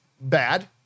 bad